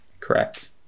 Correct